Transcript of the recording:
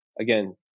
again